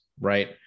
right